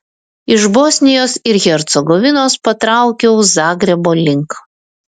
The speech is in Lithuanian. iš bosnijos ir hercegovinos patraukiau zagrebo link